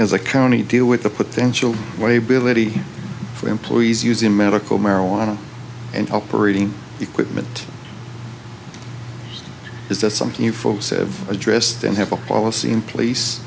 as a county deal with the potential liability for employees using medical marijuana and operating equipment is that something you folks have addressed and have a policy in place